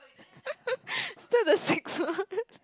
is that the sixth one